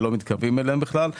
ולא מתקרבים אליהם בכלל.